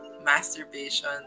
masturbation